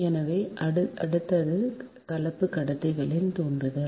எனவே அடுத்தது கலப்பு கடத்திகளின் தூண்டல்